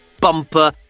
bumper